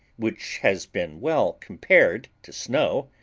which has been well compared to snow,